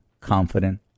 confident